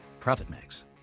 ProfitMax